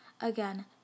Again